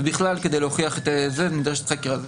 ובכלל כדי להוכיח את זה נדרשת חקירה.